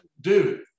dude